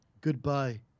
Goodbye